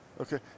Okay